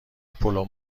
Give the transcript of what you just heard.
پلو